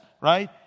right